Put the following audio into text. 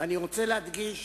אני רוצה להדגיש